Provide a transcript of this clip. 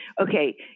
okay